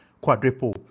quadruple